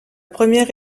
première